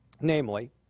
namely